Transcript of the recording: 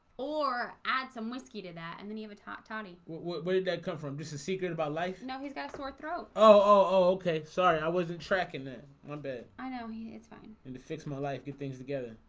or add some whiskey to that and then he have a top tony. where did that come from? just a secret of my life no, he's got sore throat. oh, okay. sorry. i wasn't tracking that one bed i know he it's fine and to fix my life get things together.